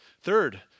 Third